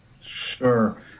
sure